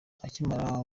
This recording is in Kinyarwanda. akimara